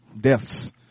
deaths